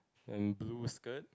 and blue skirt